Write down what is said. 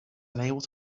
unable